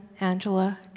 Angela